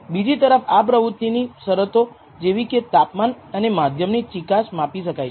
બીજી તરફ આ પ્રવૃત્તિની શરતો જેવીકે તાપમાન અને માધ્યમની ચિકાસ માપી શકાય છે